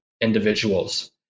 individuals